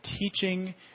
teaching